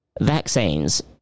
vaccines